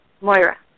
Moira